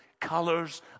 colors